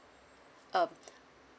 um